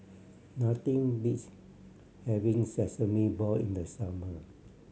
nothing beats having Sesame Ball in the summer